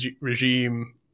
regime